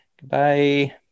Goodbye